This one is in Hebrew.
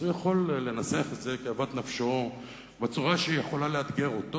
יכול לנסח את זה כאוות נפשו בצורה שיכולה לאתגר אותו.